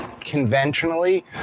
conventionally